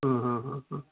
ह ह ह ह